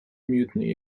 mutiny